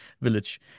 village